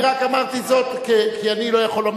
אני רק אמרתי זאת כי אני לא יכול,